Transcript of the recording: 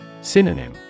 Synonym